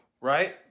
right